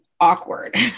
awkward